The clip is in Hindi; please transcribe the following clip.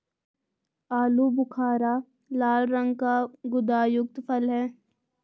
आलू बुखारा लाल रंग का गुदायुक्त फल है